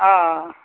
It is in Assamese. অঁ অঁ